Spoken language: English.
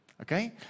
Okay